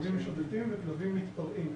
כלבים משוטטים וכלבים מתפרעים.